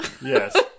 Yes